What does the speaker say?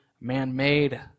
man-made